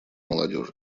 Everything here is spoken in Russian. молодежи